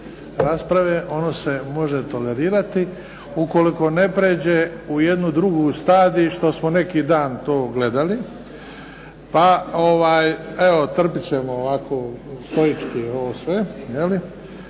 rasprave ono se može tolerirati ukoliko ne pređe u jedan drugi stadij što smo neki dan tu gledali pa evo trpit ćemo ovako stoički ovo sve. Prvi